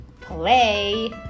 Play